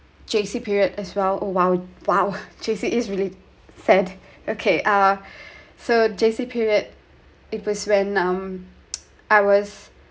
J_C period as well oh !wow! !wow! J_C is really sad okay ah so J_C period it was when um I was